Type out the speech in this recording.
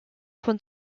von